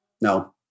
no